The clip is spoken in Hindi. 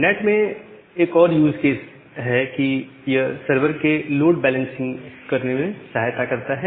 नैट में एक और यूज़ केस है कि यह सर्वर के लोड बैलेंसिंग करने में सहायता करता है